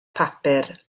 papur